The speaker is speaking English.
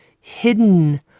hidden